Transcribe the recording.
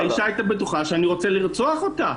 האישה הייתה בטוחה שאני רוצה לרצוח אותה.